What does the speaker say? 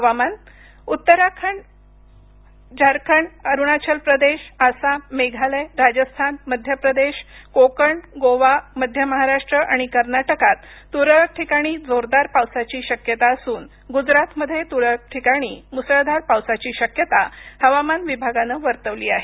हवामान उत्तराखंड उत्तर प्रदेश झारखंड अरुणाचल प्रदेश आसाम मेघालय राजस्थान मध्य प्रदेश कोकण गोवा मध्य महाराष्ट्र आणि कर्नाटकात तुरळक ठिकाणी जोरदार पावसाची शक्यता असून गुजरातमध्ये तुरळक ठिकाणी मुसळधार पावसाची शक्यता हवामान विभागानं वर्तवली आहे